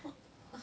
wh~ !huh!